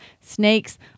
Snakes